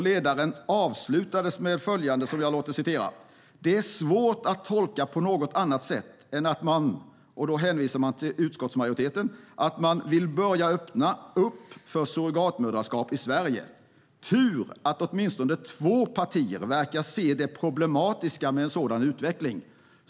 Ledaren avslutades med följande: "Det är svårt att tolka på något annat sätt än att man" då hänvisar man till utskottsmajoriteten "vill börja öppna upp för surrogatmödraskap i Sverige. Tur att åtminstone två partier verkar se det problematiska med en sådan utveckling."